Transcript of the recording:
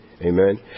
Amen